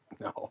No